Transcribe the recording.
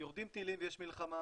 כשיורדים טילים ויש מלחמה